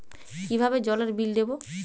কিভাবে জলের বিল দেবো?